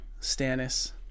Stannis